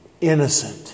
Innocent